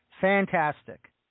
fantastic